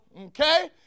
Okay